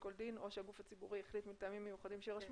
כל דין או שהגוף הציבורי החליט מטעמים מיוחדים שיירשמו